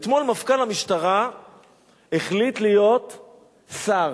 אתמול מפכ"ל המשטרה החליט להיות שר,